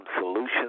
solutions